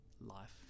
Life